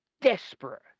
desperate